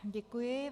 Děkuji.